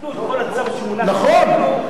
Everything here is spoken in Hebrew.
ביטלו את הצו שמובא בפנינו,